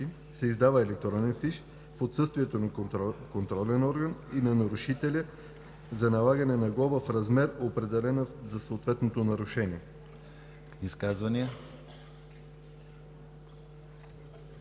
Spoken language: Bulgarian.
се издава електронен фиш в отсъствието на контролен орган и на нарушител за налагане на глоба в размер, определен за съответното нарушение.“